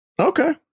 Okay